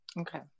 Okay